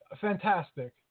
Fantastic